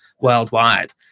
worldwide